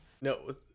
No